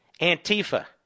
Antifa